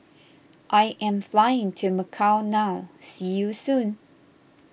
I am flying to Macau now see you soon